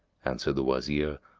answered the wazir,